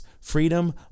freedom